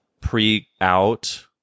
pre-out